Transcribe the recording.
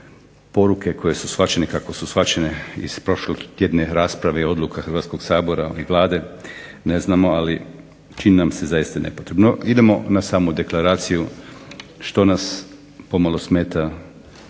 poruke koje su shvaćene kako su shvaćene iz prošlotjedne rasprave odluka Hrvatskog sabora i Vlade, ne znamo, ali čini nam se zaista nepotrebno. No, idemo na samu deklaraciju. Što nas pomalo smeta?